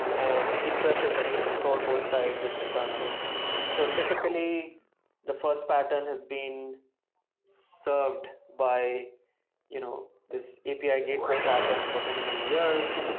and east-west is when you control both sides, it's internal so typically the first pattern has been served by you know this api gateway pattern and for many, many years.